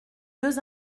deux